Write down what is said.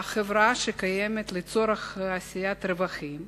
חברה שקיימת לצורך עשיית רווחים,